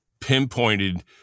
pinpointed